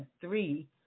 three